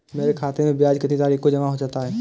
मेरे खाते में ब्याज कितनी तारीख को जमा हो जाता है?